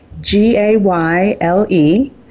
G-A-Y-L-E